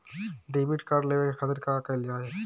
Debit card लेवे के खातिर का कइल जाइ?